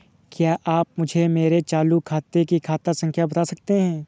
क्या आप मुझे मेरे चालू खाते की खाता संख्या बता सकते हैं?